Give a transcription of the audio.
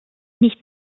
nicht